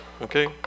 Okay